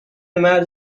مرد